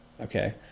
okay